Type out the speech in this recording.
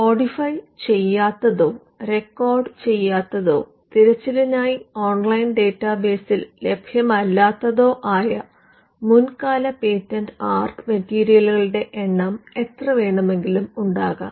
codify ചെയ്യാത്തതോ റെക്കോർഡുചെയ്യാത്തതോ തിരച്ചിലിനായി ഓൺലൈൻ ഡാറ്റാബേസിൽ ലഭ്യമല്ലാത്തതോ ആയ മുൻകാല പേറ്റന്റ് ആർട്ട് മെറ്റീരിയലുകളുടെ എണ്ണം എത്രവേണേലും ഉണ്ടാകാം